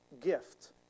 gift